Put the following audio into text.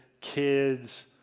kids